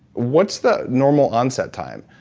what's the normal onset time?